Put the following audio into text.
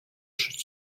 should